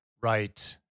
Right